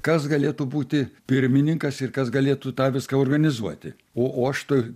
kas galėtų būti pirmininkas ir kas galėtų tą viską organizuoti o o aš t